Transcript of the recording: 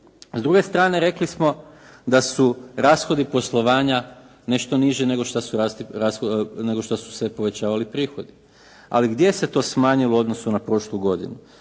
S druge strane rekli smo da su rashodi poslovanja nešto niže nego što su se povećavali prihodi, ali gdje se to smanjilo u odnosu na prošlu godinu?